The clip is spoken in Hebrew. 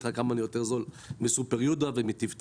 לך כמה אני יותר זול מסופר יהודה או מטיב טעם.